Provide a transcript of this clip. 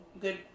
Good